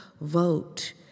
vote